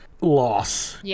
loss